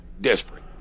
desperate